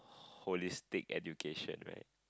holistic education right